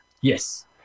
Yes